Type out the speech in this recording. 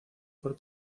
por